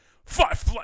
five